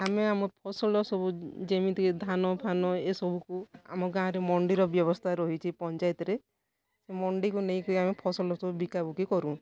ଆମେ ଆମ ଫସଲ ସବୁ ଯେମିତିକି ଧାନଫାନ ଏ ସବକୁ ଆମ ଗାଁରେ ମଣ୍ଡିର ବ୍ୟବସ୍ଥା ରହିଛି ପଞ୍ଚାୟତରେ ସେ ମଣ୍ଡିକୁ ନେଇକି ଆମେ ଫସଲ ସବୁ ବିକାବିକି କରୁ